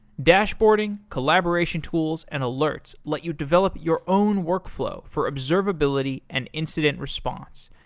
dashboarding, collaboration tools, and alerts let you develop your own workflow for observability and incident response.